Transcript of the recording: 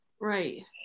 Right